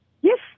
yes